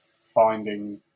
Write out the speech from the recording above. finding